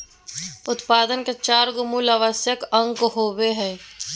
उत्पादन के चार गो मूल आवश्यक अंग होबो हइ